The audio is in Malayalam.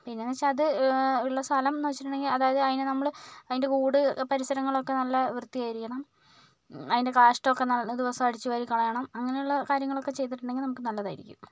പിന്നെയെന്ന് വെച്ചാൽ അത് ഇള്ള സ്ഥലം എന്ന് വെച്ചിട്ടുണ്ടെങ്കിൽ അതായത് അതിനെ നമ്മൾ അതിന്റെ കൂട് പരിസരങ്ങൾ ഒക്കെ നല്ല വൃത്തിയായിരിക്കണം അതിന്റെ കാഷ്ടമൊക്കെ ദിവസവും അടിച്ചു വാരി കളയണം അങ്ങനെയുള്ള കാര്യങ്ങളൊക്കെ ചെയ്തിട്ടുണ്ടെങ്കിൽ നമുക്ക് നല്ലതായിരിക്കും